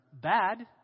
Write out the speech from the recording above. bad